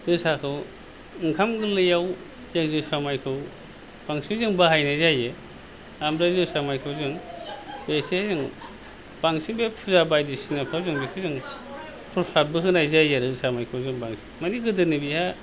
जोसाखौ ओंखाम गोरलैयाव जों जोसा माइखौ बांसिन जों बाहायनाय जायो ओमफ्राय जोसा माइखौ जों एसे जों बांसिन बे फुजा बायदिसिनाफ्राव जों बेखौ जों प्रसादबो होनाय जायो आरो जोसा माइखौ जों बांसिन माने गोदोनि बिहा